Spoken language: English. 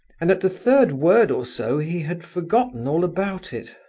and at the third word or so he had forgotten all about it.